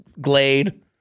Glade